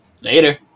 Later